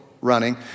running